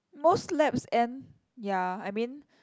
most labs end ya I mean